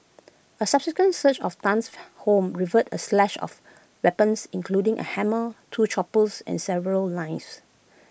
A subsequent search of Tan's home revealed A stash of weapons including A hammer two choppers and several knives